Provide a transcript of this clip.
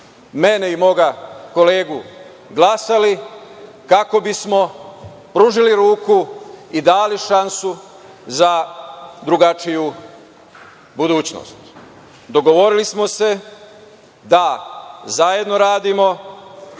mene i moga kolegu glasali kako bismo pružili ruku i dali šansu za drugačiju budućnost. Dogovorili smo se da zajedno radimo